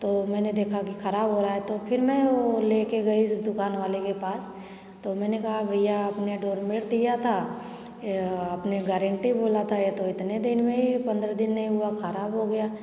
तो मैंने देखा कि खराब हो रहा है तो फिर मैं वो लेके गई उस दुकान वाले के पास तो मैंने कहा भैया आपने डोरमेट दिया था ये आपने गारेंटी बोला ये तो इतने दिन में ही पंद्रह दिन नहीं हुआ खराब हो गया